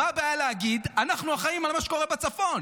מה הבעיה להגיד: אנחנו אחראים למה שקורה בצפון?